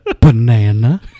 Banana